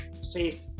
safe